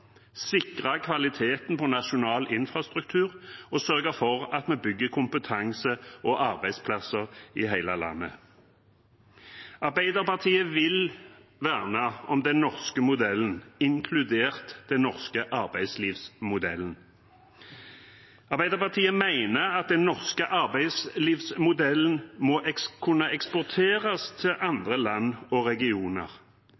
sikre kvaliteten på nasjonal infrastruktur og sørge for at vi bygger kompetanse og arbeidsplasser i hele landet. Arbeiderpartiet vil verne om den norske modellen, inkludert den norske arbeidslivsmodellen. Arbeiderpartiet mener at den norske arbeidslivsmodellen må kunne eksporteres til